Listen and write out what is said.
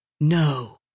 No